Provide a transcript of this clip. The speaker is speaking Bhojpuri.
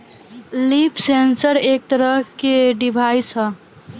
लीफ सेंसर एक तरह के के डिवाइस ह